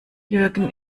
jürgen